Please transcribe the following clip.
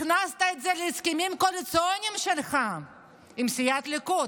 הכנסת את זה להסכמים הקואליציוניים שלך עם סיעת הליכוד,